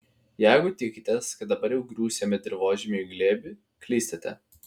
jeigu tikitės kad dabar jau griūsime dirvožemiui į glėbį klystate